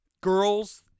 girls